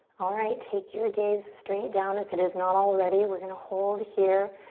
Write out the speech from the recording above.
alright, take your gaze straight down if it is not already. we're gonna hold here.